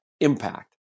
impact